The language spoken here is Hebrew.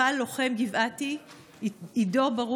לעבר עמדת צה"ל שבה נפל לוחם גבעתי עידו ברוך,